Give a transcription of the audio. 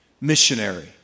missionary